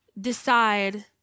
decide